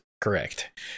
correct